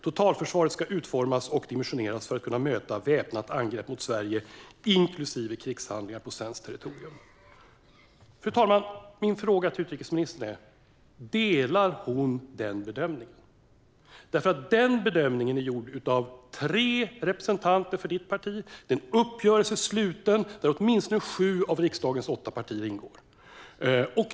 Totalförsvaret ska utformas och dimensioneras för att kunna möta väpnat angrepp mot Sverige inklusive krigshandlingar på svenskt territorium." Fru talman! Min fråga till utrikesministern är: Delar hon den bedömningen? Den bedömningen är gjord av tre representanter för hennes parti. Det är en uppgörelse som slutits mellan åtminstone sju av riksdagens åtta partier.